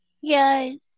Yes